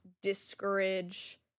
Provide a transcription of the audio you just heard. discourage